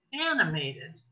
animated